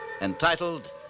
entitled